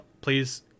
Please